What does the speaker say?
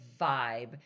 vibe